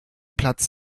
platz